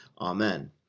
Amen